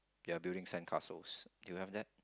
they are building sand castles do you have that